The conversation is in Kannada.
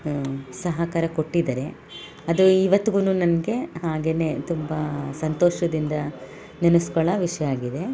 ಸಹಕಾರ ಕೊಟ್ಟಿದ್ದಾರೆ ಅದು ಇವತ್ಗೂ ನನಗೆ ಹಾಗೆಯೇ ತುಂಬ ಸಂತೋಷದಿಂದ ನೆನೆಸ್ಕೊಳ್ಳೋ ವಿಷಯ ಆಗಿದೆ